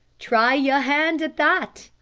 try your hand at that,